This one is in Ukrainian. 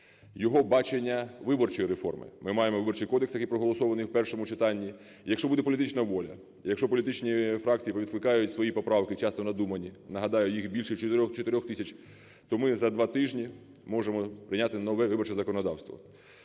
його бачення виборчої реформи. Ми маємо Виборчий кодекс, який проголосований в першому читанні. Якщо буде політична воля і якщо політичні фракції повідкликають свої поправки, часто надумані, нагадаю, їх більше 4 тисяч, то ми за два тижні можемо прийняти нове виборче законодавство.